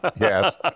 Yes